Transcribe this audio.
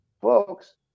folks